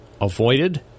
avoided